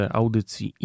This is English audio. audycji